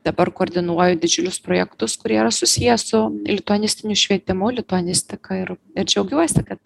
dabar koordinuoju didžiulius projektus kurie yra susiję su lituanistiniu švietimu lituanistika ir ir džiaugiuosi kad